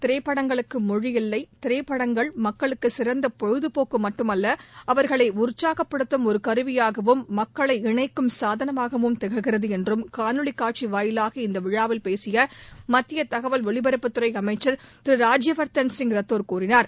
திரைப்படங்களுக்கு மொழியில்லை திரைப்படங்கள் மக்களுக்கு சிறந்த பொழுதுபோக்கு மட்டுமல்ல அவா்களை உற்சாகப்படுத்தும் ஒரு கருவியாகவும் மக்களை இணைக்கும் சாதனமாகவும் திகழ்கிறது என்று காணொலி காட்சி வாயிலாக இந்த விழாவில் பேசிய மத்திய தகவல் ஒலிபரப்புத் துறை அமைச்ச் திரு ராஜ்யவர்தன் ரத்தோர் கூறினார்